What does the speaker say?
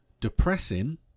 depressing